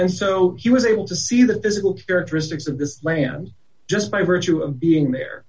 and so he was able to see the physical characteristics of the land just by virtue of being there